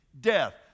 death